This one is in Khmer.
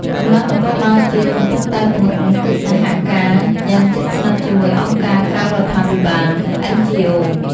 កម្លាំងនគរបាលជាតិ កំពុងតែពង្រឹងកិច្ចសហការយ៉ាងជិតស្និទ្ធជាមួយអង្គការក្រៅរដ្ឋាភិបាល (NGO)។